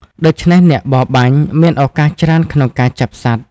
ការចេញរកស៊ីនៅពេលព្រឹក និងមានពេលវេលាច្រើនពេញមួយថ្ងៃដើម្បីបំពេញកិច្ចការឱ្យបានសម្រេច ។